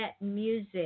music